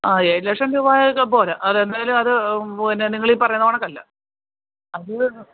ആ ഏഴ് ലക്ഷം രൂപായൊക്കെ പോര അതെന്തായാലും അത് പിന്നെ നിങ്ങൾ ഈ പറയുന്ന കണക്കല്ല അത്